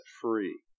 free